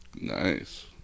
Nice